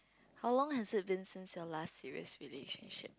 how long has it been since your last serious relationship